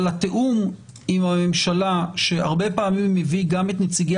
אבל התיאום עם הממשלה שהרבה פעמים מביא גם את נציגי